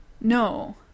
No